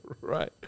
right